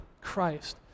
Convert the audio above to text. Christ